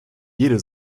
jede